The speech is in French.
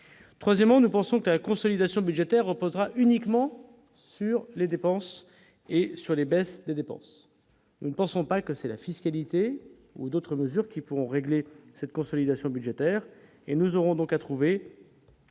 troisièmement, nous pensons que la consolidation budgétaire reposera uniquement sur les dépenses et sur les baisses des dépenses, nous ne pensons pas que c'est la fiscalité ou d'autres mesures qui pourront régler cette consolidation budgétaire et nous aurons donc à trouver,